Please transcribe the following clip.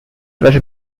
was